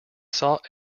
sought